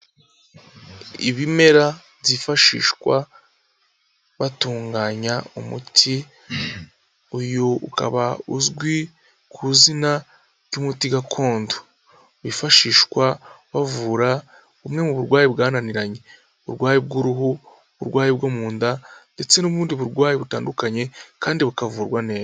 Ibimera byifashishwa batunganya umuti, uyu ukaba uzwi ku izina ry'umuti gakondo. Wifashishwa bavura bumwe mu burwayi bwananiranye. Uburwayi bw'uruhu, uburwayi bwo mu nda, ndetse n'ubundi burwayi butandukanye, kandi bukavurwa neza.